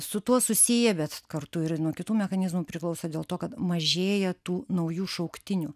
su tuo susiję bet kartu ir nuo kitų mechanizmų priklauso dėl to kad mažėja tų naujų šauktinių